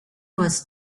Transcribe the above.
was